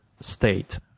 state